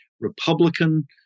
Republican